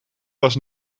was